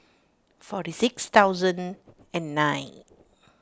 forty six thousand and nine